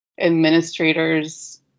administrators